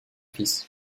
fils